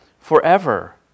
forever